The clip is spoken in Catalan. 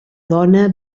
dona